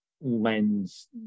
lens